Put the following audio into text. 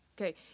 Okay